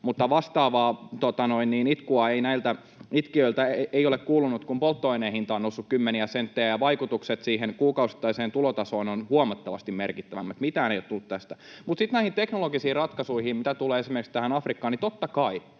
itkua ei näiltä itkijöiltä ole kuulunut, kun polttoaineen hinta on noussut kymmeniä senttejä ja vaikutukset kuukausittaiseen tulotasoon ovat huomattavasti merkittävämmät. Mitään ei ole tullut tästä. Mutta sitten näihin teknologisiin ratkaisuihin ja mitä tulee esimerkiksi Afrikkaan, niin totta kai